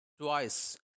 twice